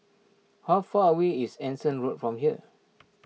how far away is Anson Road from here